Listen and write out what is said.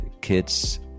kids